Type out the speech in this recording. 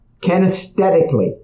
Kinesthetically